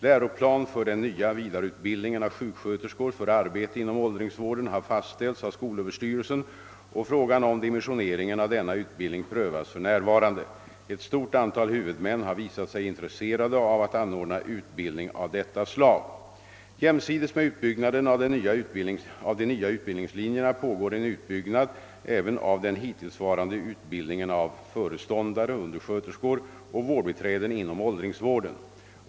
Läroplan för den nya vidareutbildningen av sjuksköterskor för arbete inom åldringsvården har fastställts av skolöverstyrelsen, och frågan om dimensioneringen av denna utbildning prövas för närvarande. Ett stort antal huvudmän har visat sig intresserade av att anordna utbildning av detta slag. Jämsides med uppbyggnaden av de nya utbildningslinjerna pågår en utbyggnad även av den hittillsvarande utbildningen av föreståndare, undersköterskor och vårdbiträden inom åldringsvården.